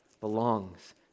belongs